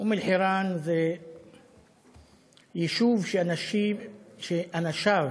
אום-אלחיראן זה יישוב שאנשיו